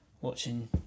watching